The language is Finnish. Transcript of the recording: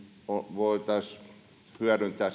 voitaisiin hyödyntää